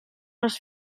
les